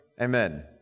Amen